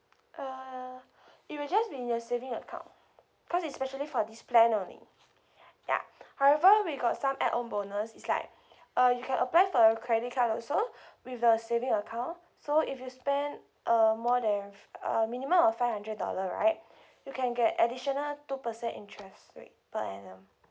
uh it will just be in your saving account cause it's specially for this plan only ya however we got some add on bonus its like uh you can apply for your credit card also with the saving account so if you spend uh more than uh minimum of five hundred dollar right you can get additional two percent interest rate per annum